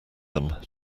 them